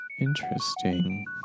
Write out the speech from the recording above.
interesting